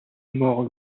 mort